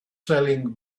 selling